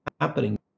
happening